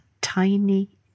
tiny